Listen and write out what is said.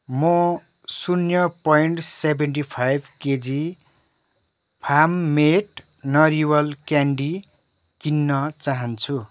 म शुन्य point seventy five KG farm made नरिवल क्यान्डी किन्न चाहन्छु